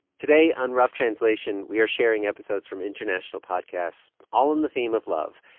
today on rough translation, we are sharing episodes from international podcasts all on the theme of love.